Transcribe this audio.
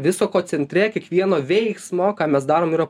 viso ko centre kiekvieno veiksmo ką mes darom yra